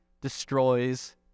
destroys